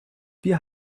wir